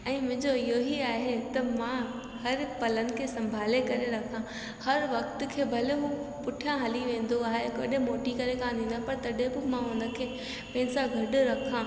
ऐं मुंहिंजो इहो ई आहे त मां हर पलनि खे संभाले करे रखां हर वक़्त खे भले हू पुठियां हली वेंदो आहे कॾहिं मोटी करे कोन ईंदो आहे पर तॾहिं बि मां हुन खे पंहिंसा गॾु रखा